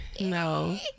no